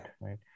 Right